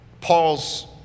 Paul's